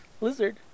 Lizard